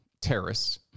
terrorists